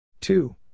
Two